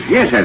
Yes